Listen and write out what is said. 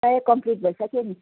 प्रायः कम्प्लिट भइसक्यो नि